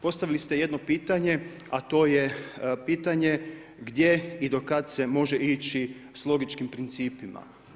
Postavili ste jedno pitanje, a to je pitanje gdje i do kada se može ići s logičkim principima.